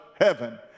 heaven